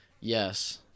Yes